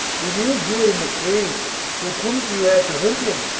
remain here in the cave we'll come to you after hunting.